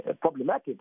problematic